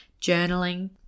journaling